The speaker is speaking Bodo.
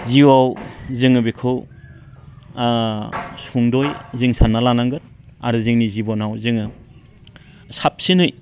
जिउआव जोङो बेखौ सुंदयै जों सानना लानांगोन आरो जोंनि जिबनाव जोङो साबसिनै